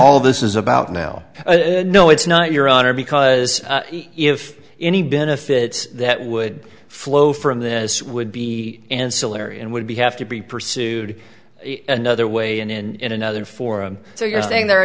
all this is about now no it's not your honor because if any benefits that would flow from this would be ancillary and would be have to be pursued another way and in another forum so you're saying there are